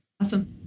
Awesome